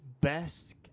best